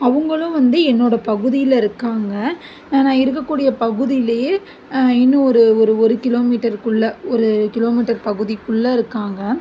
அவங்களும் வந்து என்னோடய பகுதியில் இருக்காங்கள் நான் இருக்கக்கூடிய பகுதியிலேயே இன்னும் ஒரு ஒரு ஒரு கிலோமீட்டருக்குள்ள ஒரு கிலோமீட்டர் பகுதிக்குள்ளே இருக்காங்கள்